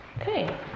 Okay